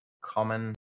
common